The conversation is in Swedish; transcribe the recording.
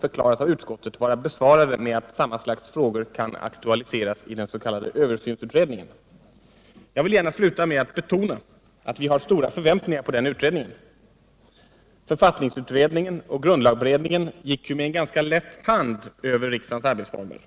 förklaras av utskottet vara besvarade med att samma slags frågor kan aktualiseras i den s.k. översynsutredningen. Jag vill gärna sluta med att betona att vi har stora förväntningar på den utredningen. Författningsutredningen och grundlagberedningen gick ju med ganska lätt hand över riksdagens arbetsformer.